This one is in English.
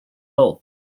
both